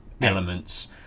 elements